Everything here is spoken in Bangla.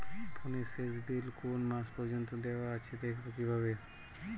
ফোনের শেষ বিল কোন মাস পর্যন্ত দেওয়া আছে দেখবো কিভাবে?